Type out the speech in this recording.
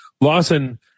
Lawson